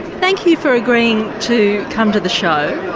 thank you for agreeing to come to the show.